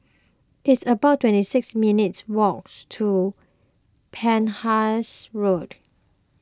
it's about twenty six minutes' walk to Penhas Road